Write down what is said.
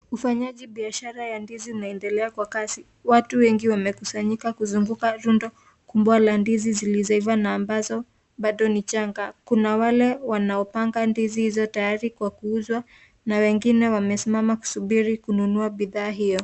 Ufanyaji biashara ya ndizi unaendelea kwa kasi, watu wengi wamekusanyika kuzunguka rundo kubwa la ndizi zilizoiva na ambazo bado ni changa kuna wale wanaopanga ndizi hizo tayari kwa kuuzwa na wengine wamesimama kusubiri kununua bidhaa hiyo.